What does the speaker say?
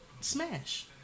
smash